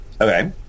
Okay